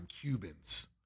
Cubans